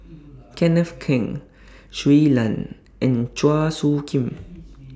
Kenneth Keng Shui Lan and Chua Soo Khim